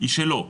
היא שלא.